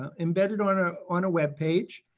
ah embedded on ah on a webpage.